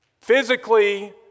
physically